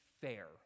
fair